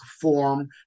form